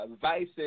vices